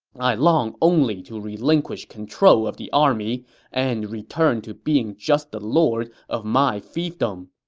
i long only to relinquish control of the army and return to being just the lord of my fiefdom.